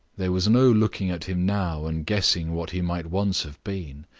there was no looking at him now, and guessing what he might once have been.